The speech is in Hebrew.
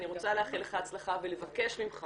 אני רוצה לאחל לך הצלחה ולבקש ממך